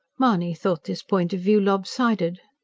mahony thought this point of view lopsided.